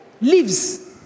lives